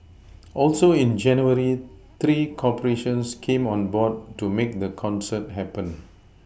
also in January three corporations came on board to make the concert happen